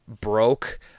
broke